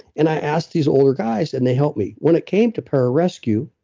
and i asked these older guys, and they helped me when it came to pararescue,